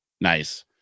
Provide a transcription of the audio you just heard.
Nice